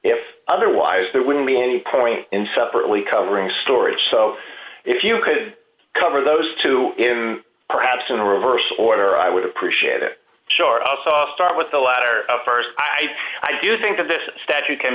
if otherwise there wouldn't be any point in separately covering stories so if you could cover those two in perhaps in reverse order i would appreciate it short of soft start with the latter st i i do think that this statute can